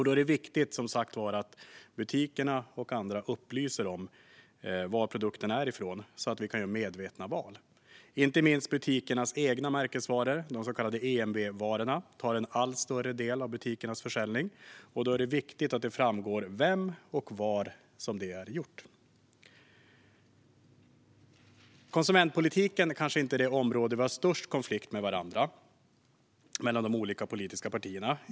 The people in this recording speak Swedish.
Då är det, som sagt, viktigt att butikerna och andra upplyser om varifrån produkterna är, så att vi kan göra medvetna val. Inte minst butikernas egna märkesvaror, de så kallade EMV, utgör en allt större del av butikernas försäljning. Då är det viktigt att det framgår av vem och var de har tillverkats. Konsumentpolitiken kanske inte är det område där vi har störst konflikt med varandra mellan de olika politiska partierna.